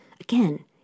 Again